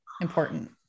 important